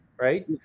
right